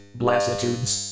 blasitudes